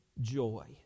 joy